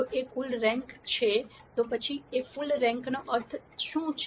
જો એ full rank છે તો ફુલ રેન્ક નો અર્થ શું છે